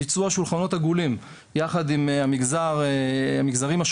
ביצוע שולחנות עגולים יחד עם המגזרים השונים,